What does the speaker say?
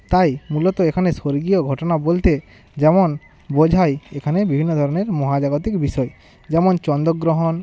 তাই মূলত এখানে স্বর্গীয় ঘটনা বলতে যেমন বোঝায় এখানে বিভিন্ন ধরনের মহাজাগতিক বিষয় যেমন চন্দগ্রহণ